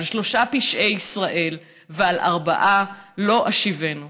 על שלשה פשעי ישראל ועל ארבעה לא אשיבנו,